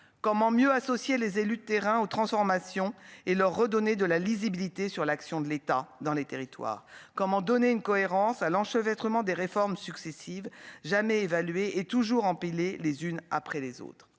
comment mieux associer les élus de terrain aux transformations et leur redonner de la lisibilité sur l'action de l'État dans les territoires, comment donner une cohérence à l'enchevêtre ment des réformes successives jamais évalué et toujours empilées les unes après les autres,